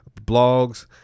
blogs